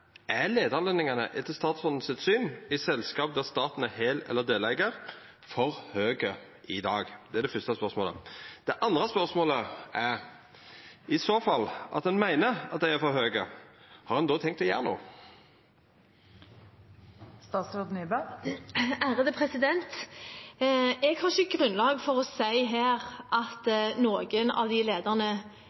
eller deleigar, for høge i dag? Det er det fyrste spørsmålet. Det andre spørsmålet er: I fall ein meiner at dei er for høge, har ein då tenkt å gjera noko? Jeg har ikke grunnlag for å si at noen av lederne